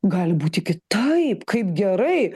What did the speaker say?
gali būti kitaip kaip gerai